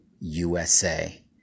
USA